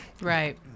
right